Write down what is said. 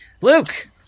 Luke